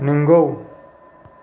नोंगौ